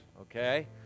okay